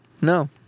No